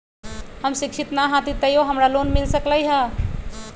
हम शिक्षित न हाति तयो हमरा लोन मिल सकलई ह?